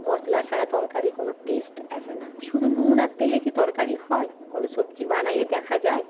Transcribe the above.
মশলা ছাড়া তরকারি কোনোও টেস্ট অ্যাসে না শুধু নুন আর তেলে কি তরকারি হয় কোনো সবজি বানায়ে দেখা যায়